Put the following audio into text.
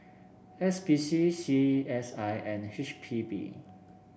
S P C C S I and H P B